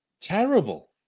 Terrible